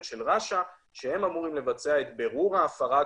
של רש"א שהם אמורים לבצע את בירור ההפרה,